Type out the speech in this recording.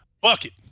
Bucket